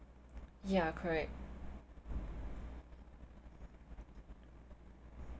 ya correct